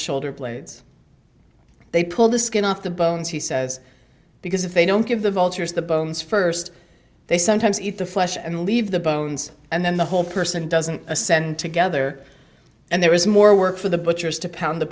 shoulder blades they pull the skin off the bones he says because if they don't give the vultures the bones first they sometimes eat the flesh and leave the bones and then the whole person doesn't ascend together and there is more work for the butchers to pound the